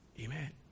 Amen